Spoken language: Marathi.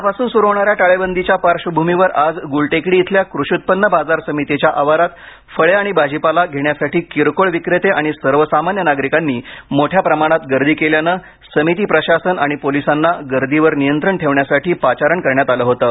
उद्यापासून सुरू होणाऱ्या टाळेबंदीच्या पार्श्वभूमीवर आज गुलटेकडी इथल्या कृषी उत्पन्न बाजार समितीच्या आवारात फळे आणि भाजीपाला घेण्यासाठी किरकोळ विक्रेते आणि सर्वसामान्य नागरिकांनी मोठ्या प्रमाणात गर्दी केल्यानं समिती प्रशासन आणि पोलिसांना गर्दीवर नियंत्रण ठेवण्यासाठी पाचारण करण्यात आलं होतं